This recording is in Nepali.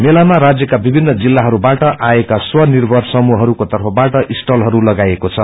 मेलामा राज्यका विभिन्न जित्ताहरूबाट आएका स्वनिर्भर समूहरूको तर्फबाट स्आलहरू लगाइएको छ